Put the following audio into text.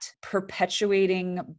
perpetuating